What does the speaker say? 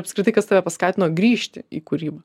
apskritai kas tave paskatino grįžti į kūrybą